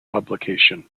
publication